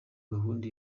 gahunda